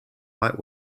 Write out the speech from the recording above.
light